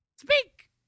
Speak